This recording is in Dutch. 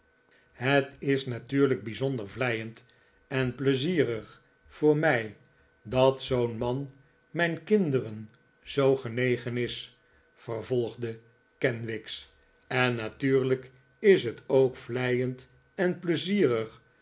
het is natuurlijk bijzonder vleiend en pleizierig voor mij dat zoo'n man mijn kinderen zoo genegeh is vervolgde kenwigs en natuurlijk is het ook vleiend en pleizierig